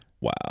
Wow